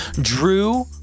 drew